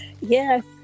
Yes